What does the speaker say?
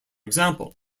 example